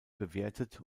bewertet